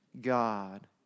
God